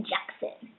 Jackson